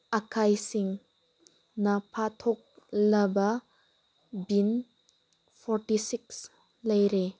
ꯑꯀꯥꯏꯁꯤꯡꯅ ꯄꯥꯊꯣꯛꯂꯕ ꯕꯤꯟ ꯐꯣꯔꯇꯤ ꯁꯤꯛꯁ ꯂꯩꯔꯦ